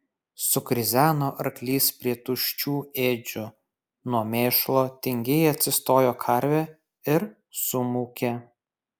sukrizeno arklys prie tuščių ėdžių nuo mėšlo tingiai atsistojo karvė ir sumūkė